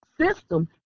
system